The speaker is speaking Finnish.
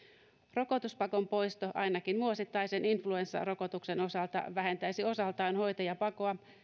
rokotuspakon poisto ainakin vuosittaisen influenssarokotuksen osalta vähentäisi osaltaan hoitajapakoa